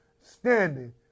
standing